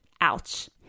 Ouch